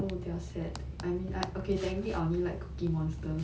oh they're sad I mean okay technically I only like cookie monster